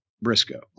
Briscoe